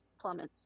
plummets